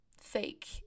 fake